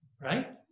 Right